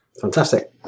Fantastic